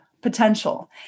potential